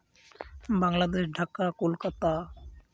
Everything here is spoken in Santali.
ᱵᱟᱝᱞᱟᱫᱮᱥ ᱰᱷᱟᱠᱟ ᱠᱚᱞᱠᱟᱛᱟ